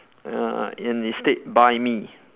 uh and it state buy me